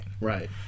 Right